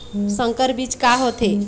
संकर बीज का होथे?